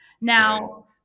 Now